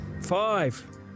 Five